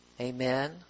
amen